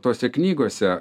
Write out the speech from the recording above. tose knygose